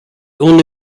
only